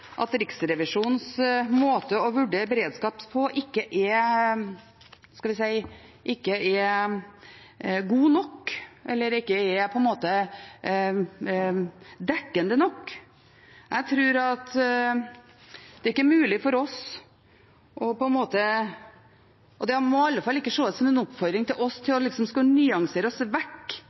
at Riksrevisjonens måte å vurdere beredskap på ikke er god nok, eller ikke er dekkende nok. Det må i alle fall ikke ses på som en oppfordring til oss om å nyansere oss vekk